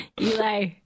Eli